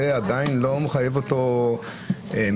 זה עדיין לא מחייב אותו מיתה.